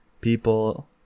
people